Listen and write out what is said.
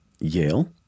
Yale